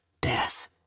death